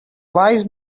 wise